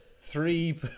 Three